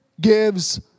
gives